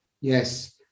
Yes